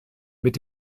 mit